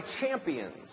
champions